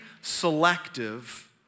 selective